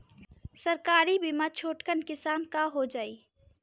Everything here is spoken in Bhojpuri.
सरकारी बीमा छोटकन किसान क हो जाई?